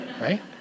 right